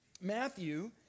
Matthew